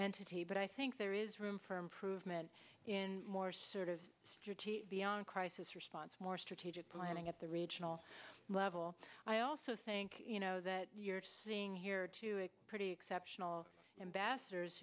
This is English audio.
take but i think there is room for improvement in more sort of strategic beyond crisis response more strategic planning at the regional level i also think you know that you're seeing here to a pretty exceptional ambassadors